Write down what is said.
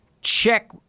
check